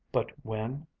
but when,